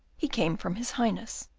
he came from his highness,